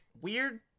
weird